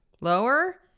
lower